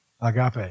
agape